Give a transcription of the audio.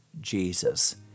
Jesus